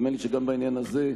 נדמה לי שגם בעניין הזה,